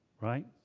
Right